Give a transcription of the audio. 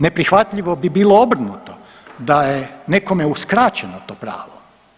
Neprihvatljivo bi bilo obrnuto, da je nekome uskraćeno to pravo.